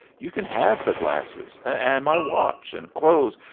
you can have the glasses, and my watch, and clothes,